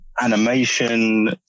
animation